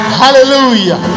hallelujah